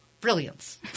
brilliance